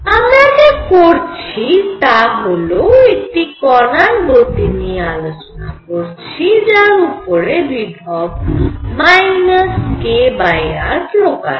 আমরা যা করছি তা হল একটি কণার গতি নিয়ে আলোচনা করছি যার উপরে বিভব kr প্রকারের